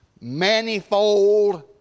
manifold